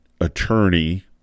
attorney